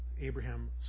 Abraham